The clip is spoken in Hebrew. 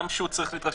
גם שהוא צריך להתרשם.